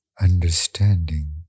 understanding